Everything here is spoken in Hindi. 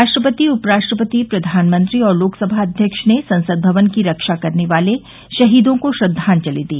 राष्ट्रपति उपराष्ट्रपति प्रधानमंत्री और लोकसभा अध्यक्ष ने संसद भवन की रक्षा करने वाले शहीदों को श्रद्वांजलि दी